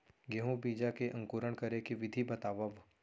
गेहूँ बीजा के अंकुरण करे के विधि बतावव?